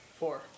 Four